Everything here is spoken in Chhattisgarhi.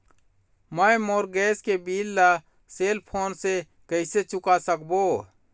मैं मोर गैस के बिल ला सेल फोन से कइसे चुका सकबो?